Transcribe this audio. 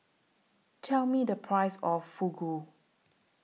Tell Me The Price of Fugu